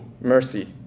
mercy